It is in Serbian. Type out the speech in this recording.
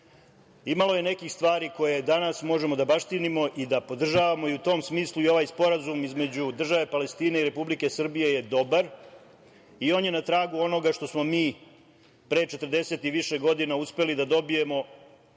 Imalo je nekih stvari koje danas možemo da baštinimo i da podržavamo i u tom smislu ovaj sporazum između države Palestine i Republike Srbije je dobar i on je na tragu onoga što smo mi pre 40 i više godina uspeli da dobijemo